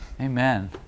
Amen